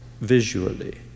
visually